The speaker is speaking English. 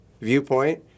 viewpoint